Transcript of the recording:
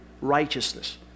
righteousness